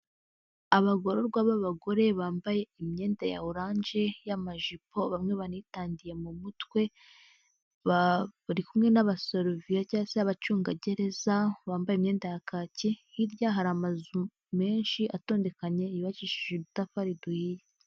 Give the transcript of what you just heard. Abagororwa b'abagore bambaye imyenda ya oranje y'amajipo bamwe banitadiye mu mutwe, bari kumwe n'abasoroveya cyangwa se abacungagereza bambaye imyenda ya kaki, hirya hari amazu menshi atondekanye yubakishije udutafari duhiye.